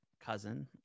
cousin